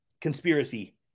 conspiracy